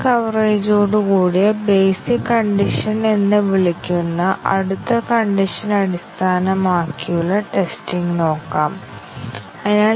coverage അടിസ്ഥാനമാക്കിയുള്ള പരിശോധനയിൽ ചില പ്രോഗ്രാം ഘടകങ്ങൾ ഉൾക്കൊള്ളുന്ന ടെസ്റ്റ് കേസുകൾ ഞങ്ങൾ എഴുതുന്നുവെന്ന് ഞങ്ങൾ പറഞ്ഞു